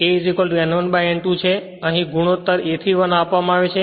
તેથી તે અહીં ગુણોત્તર a થી 1 આપવામાં આવે છે